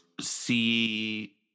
see